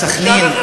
בסח'נין,